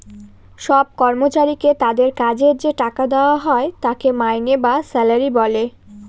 সব কর্মচারীকে তাদের কাজের যে টাকা দেওয়া হয় তাকে মাইনে বা স্যালারি বলে